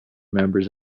members